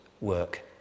work